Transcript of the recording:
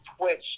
twitch